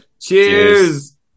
Cheers